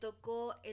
tocó